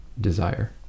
desire